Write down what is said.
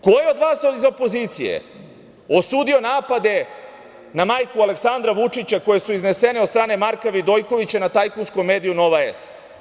Ko je od vas iz opozicije osudio napade na majku Aleksandra Vučića koje su iznesene od strane Marka Vidojkovića na tajkunskom mediju "Nova S"